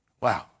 Wow